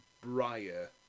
briar